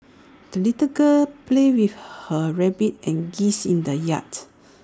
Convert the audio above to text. the little girl played with her rabbit and geese in the yard